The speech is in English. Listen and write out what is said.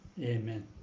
Amen